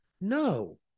No